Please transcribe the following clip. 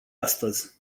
astăzi